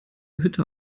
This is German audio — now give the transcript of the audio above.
hütte